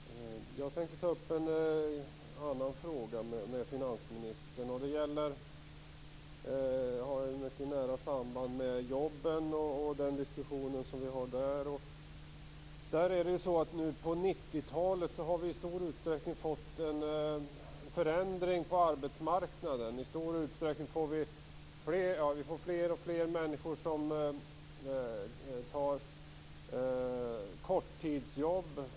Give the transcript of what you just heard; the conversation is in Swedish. Fru talman! Jag tänkte ta upp en annan fråga med finansministern. Den har ett mycket nära samband med jobben och den diskussion vi för på det området. På 90-talet har vi i stor utsträckning fått en förändring på arbetsmarknaden. Vi får fler och fler människor som tar korttidsjobb.